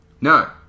No